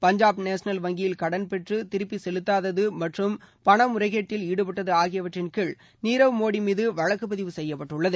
Punjab national வங்கியில் கடன் பெற்று திருப்பி செலுத்தாதது மற்றும் பண முறைகேட்டில் ஈடுபட்டது ஆகியவற்றின்கீழ் நீரவ் மோடி மீது வழக்கு பதிவு செய்யப்பட்டுள்ளது